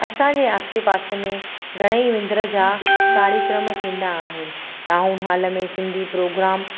असांजे आसे पासे में घणे ई विंदुर जा कार्यक्रम थींदा अहिनि टाउन हॉल में सिंधी प्रोग्राम